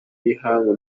y’ihangu